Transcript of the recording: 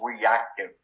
reactive